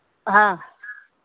हाँ